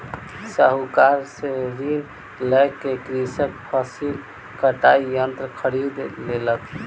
साहूकार से ऋण लय क कृषक फसिल कटाई यंत्र खरीद लेलक